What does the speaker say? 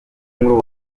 nkuru